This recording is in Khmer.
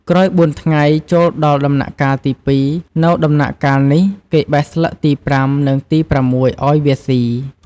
ក្រោយ៤ថ្ងៃ ចូលដល់ដំណាក់កាលទី២ នៅដំណាក់កាលនេះ គេបេះស្លឹកទី៥ និងទី៦ អោយវាសុី។